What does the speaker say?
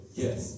yes